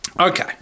Okay